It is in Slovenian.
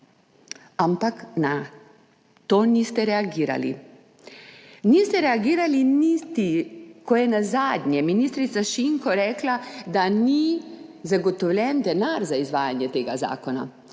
Ampak na to niste reagirali. Niste reagirali niti, ko je nazadnje ministrica Šinko rekla, da ni zagotovljenega denarja za izvajanje tega zakona.